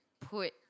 put